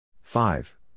five